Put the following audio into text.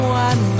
one